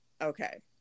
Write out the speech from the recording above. okay